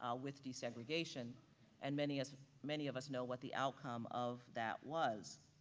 ah with desegregation and many as many of us know what the outcome of that was,